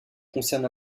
concerne